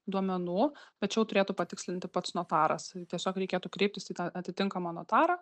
duomenų tačiau turėtų patikslinti pats notaras tiesiog reikėtų kreiptis į tą atitinkamą notarą